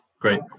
Great